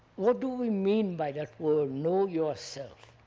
what do we mean by that word know yourself?